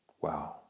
Wow